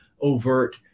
overt